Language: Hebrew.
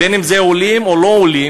בין אם זה עולים או לא עולים,